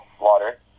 water